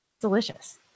Delicious